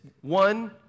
one